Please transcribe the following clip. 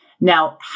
Now